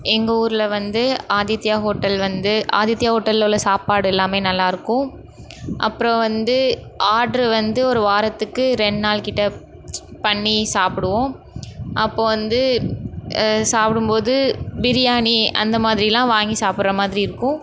எங்கள் ஊரில் வந்து ஆதித்யா ஹோட்டல் வந்து ஆதித்யா ஹோட்டலிலுள்ள சாப்பாடு எல்லாமே நல்லாயிருக்கும் அப்புறோம் வந்து ஆட்ரு வந்து ஒரு வாரத்துக்கு ரெண்டு நாள் கிட்ட பண்ணி சாப்பிடுவோம் அப்போ வந்து சாப்பிடும்போது பிரியாணி அந்த மாதிரியெல்லாம் வாங்கி சாப்பிட்ற மாதிரி இருக்கும்